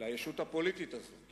לישות הפוליטית הזאת